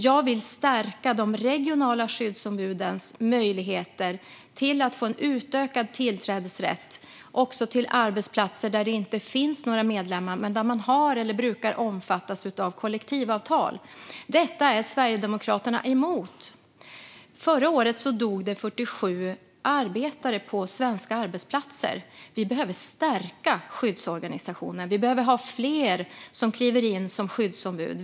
Jag vill stärka de regionala skyddsombudens möjligheter, så att de får en utökad tillträdesrätt, också till arbetsplatser där det inte finns några medlemmar men där man har eller brukar omfattas av kollektivavtal. Detta är Sverigedemokraterna emot. Förra året dog 47 arbetare på svenska arbetsplatser. Vi behöver stärka skyddsorganisationen. Vi behöver ha fler som kliver in som skyddsombud.